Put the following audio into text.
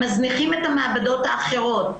מזניחים את המעבדות האחרון.